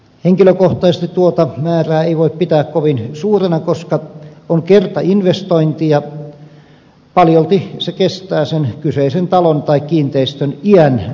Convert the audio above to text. henkilökohtaisesti tuota määrää ei voi pitää kovin suurena koska se on kertainvestointi ja paljolti se investointi mikä tähän on tehty kestää kyseisen talon tai kiinteistön iän